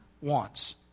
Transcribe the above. wants